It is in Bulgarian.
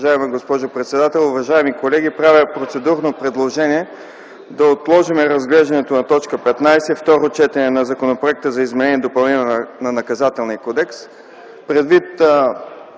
Уважаема госпожо председател, уважаеми колеги! Правя процедурно предложение да отложим разглеждането на второ четене на Законопроекта за изменение и допълнение на Наказателния кодекс,